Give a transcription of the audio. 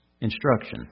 instruction